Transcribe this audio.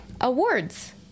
Awards